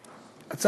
גברתי,